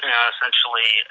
essentially